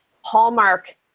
hallmark